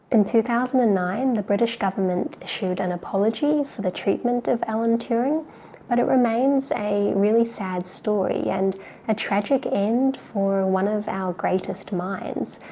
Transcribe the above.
in two thousand and nine the british government issued an apology for the treatment of alan turing but it remains a really sad story and a tragic end for one of our greatest minds,